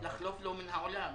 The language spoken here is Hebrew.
לחלוף לו מן העולם.